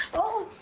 oh,